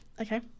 Okay